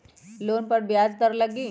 Loan पर ब्याज दर लगी?